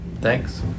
thanks